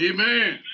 Amen